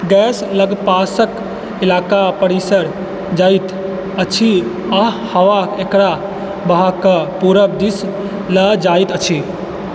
gas लगपासके इलाकामे पसरि जाइत अछि आओर हवा एकरा बहाकऽ पूरब दिस लऽ जाइत अछि